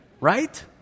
right